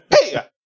hey